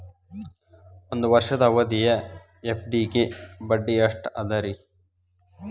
ಒಂದ್ ವರ್ಷದ ಅವಧಿಯ ಎಫ್.ಡಿ ಗೆ ಬಡ್ಡಿ ಎಷ್ಟ ಅದ ರೇ?